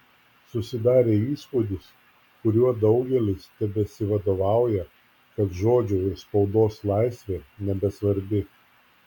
susidarė įspūdis kuriuo daugelis tebesivadovauja kad žodžio ir spaudos laisvė nebesvarbi